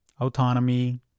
autonomy